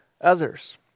others